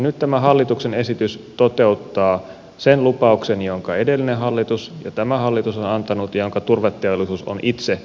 nyt tämä hallituksen esitys toteuttaa sen lupauksen jonka edellinen hallitus ja tämä hallitus on antanut ja jonka turveteollisuus on itse kansalaisille antanut